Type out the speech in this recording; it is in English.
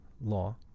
law